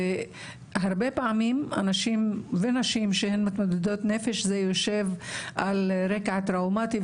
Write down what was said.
והרבה פעמים אנשים ונשים שהן מתמודדות נפש זה יושב על רקע טראומתי,